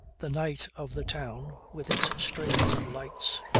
the night of the town with its strings of lights,